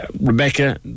Rebecca